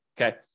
Okay